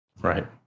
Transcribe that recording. Right